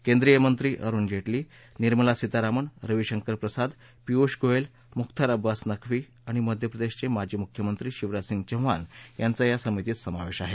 केंद्रीय मंत्री अरुण जेटली निर्मला सीतारामन रविशंकर प्रसाद पियुष गोयल मुख्तार अब्बास नक्वी आणि मध्यप्रदेशचे माजी मुख्यमंत्री शिवराज सिंह चौहान यांचा या समितीत समावेश आहे